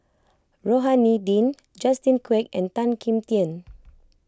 Rohani Din Justin Quek and Tan Kim Tian